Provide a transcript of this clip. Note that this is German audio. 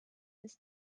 ist